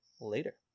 later